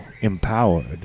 empowered